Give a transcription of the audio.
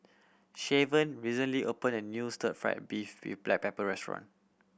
Shavon recently opened a new stir fried beef with black pepper restaurant